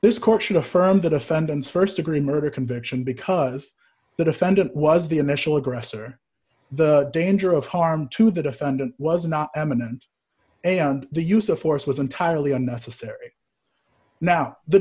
this court should affirm that offenders st degree murder conviction because the defendant was the initial aggressor the danger of harm to the defendant was not eminent and the use of force was entirely unnecessary now th